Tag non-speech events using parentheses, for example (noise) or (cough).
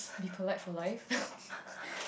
be polite for life (laughs)